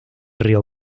río